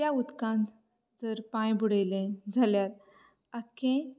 त्या उदकांत जर पांय बुडयलें जाल्यार आख्खें